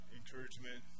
encouragement